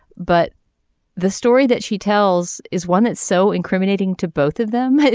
but the story that she tells is one that's so incriminating to both of them.